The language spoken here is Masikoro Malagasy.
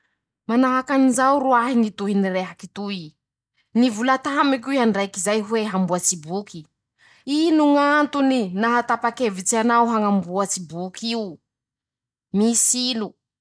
Manahaky anizao roahe ñy tohiny rehaky toy: -"Nivola tamiko iha ndraiky zay hoe hamboatsy boky ,ino ñ'antony nahatapakevitsy anao hañamboatsy boky io ?misy ino?"